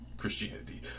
christianity